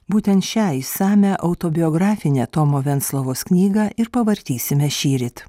būtent šią išsamią autobiografinę tomo venclovos knygą ir pavartysime šįryt